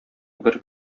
бер